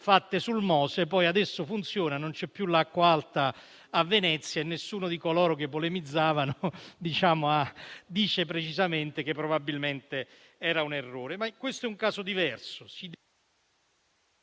sul Mose. Adesso funziona; non c'è più l'acqua alta a Venezia e nessuno di coloro che polemizzava dice con chiarezza che probabilmente era in errore. Questo è un caso diverso.